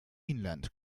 inland